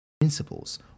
Principles